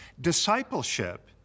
Discipleship